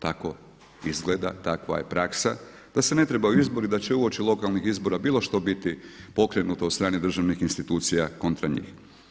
Tako izgleda, takva je praksa da se ne trebaju … da će uoči lokalnih izbora bilo što biti pokrenuto od strane državnih institucija kontra njih.